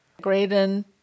Graydon